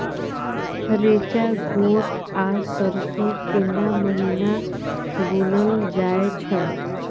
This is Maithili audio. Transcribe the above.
रेचा, गोट आ सरसो केना महिना बुनल जाय छै?